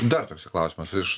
dar toksai klausimas iš